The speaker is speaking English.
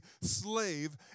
slave